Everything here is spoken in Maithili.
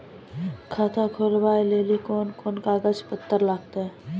खाता खोलबाबय लेली कोंन कोंन कागज पत्तर लगतै?